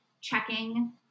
checking